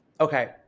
Okay